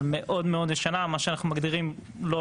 אבל מאוד ישנה; מה שאנחנו מגדירים לא